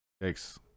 Thanks